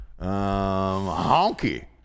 honky